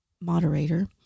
moderator